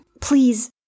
Please